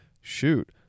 shoot